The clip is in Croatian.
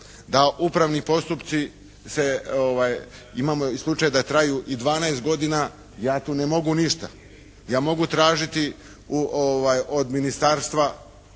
Da upravni postupci se, imamo slučaj da traju i 12 godina, ja tu ne mogu ništa. Ja mogu tražiti od ministarstva